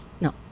no